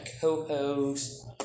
co-hosts